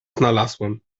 znalazłem